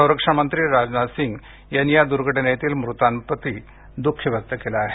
संरक्षण मंत्री राजनाथ सिंग यांनी या दुर्घटनेतील मृतांप्रती दुःख व्यक्त केलं आहे